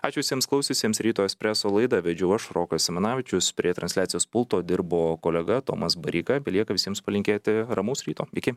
ačiū visiems klausiusiems ryto espreso laidą vedžiau aš rokas simanavičius prie transliacijos pulto dirbo kolega tomas bareika belieka visiems palinkėti ramaus ryto iki